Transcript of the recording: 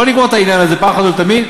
בוא נגמור את העניין הזה פעם אחת ולתמיד.